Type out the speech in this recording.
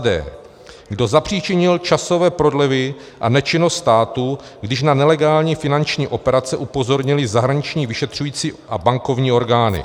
d) kdo zapříčinil časové prodlevy a nečinnost státu, když na nelegální finanční operace upozornily zahraniční vyšetřující a bankovní orgány,